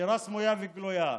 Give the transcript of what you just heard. נשירה סמויה וגלויה.